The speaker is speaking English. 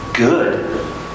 good